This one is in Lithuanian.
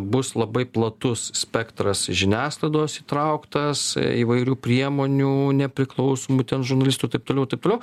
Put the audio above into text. bus labai platus spektras žiniasklaidos įtrauktas įvairių priemonių nepriklausomų ten žurnalistų taip toliau taip toliau